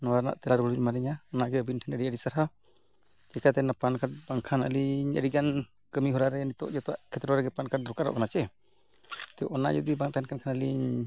ᱱᱚᱣᱟ ᱨᱮᱱᱟᱜ ᱛᱮᱞᱟ ᱫᱚᱵᱤᱱ ᱮᱢᱟ ᱞᱤᱧᱟᱹ ᱚᱱᱟᱜᱮ ᱟᱹᱵᱤᱱ ᱴᱷᱮᱱ ᱟᱹᱰᱤ ᱟᱹᱰᱤ ᱥᱟᱨᱦᱟᱣ ᱪᱤᱠᱟᱹᱛᱮ ᱚᱱᱟ ᱯᱮᱱ ᱠᱟᱨᱰ ᱵᱟᱝᱠᱷᱟᱱ ᱟᱹᱞᱤᱧ ᱟᱹᱰᱤ ᱜᱟᱱ ᱠᱟᱹᱢᱤ ᱦᱚᱨᱟ ᱨᱮ ᱱᱤᱛᱚᱜ ᱡᱚᱛᱚᱣᱟᱜ ᱠᱷᱛᱨᱚ ᱨᱮᱜᱮ ᱯᱮᱱ ᱠᱟᱨᱰ ᱫᱚᱨᱠᱟᱨᱚᱜ ᱠᱟᱱᱟ ᱥᱮ ᱛᱚ ᱚᱱᱟ ᱡᱩᱫᱤ ᱵᱟᱝ ᱛᱟᱦᱮᱱ ᱠᱟᱱ ᱠᱷᱟᱱ ᱟᱹᱞᱤᱧ